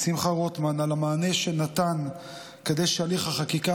שמחה רוטמן על המענה שנתן כדי שהליך החקיקה